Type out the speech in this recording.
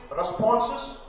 responses